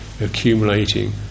accumulating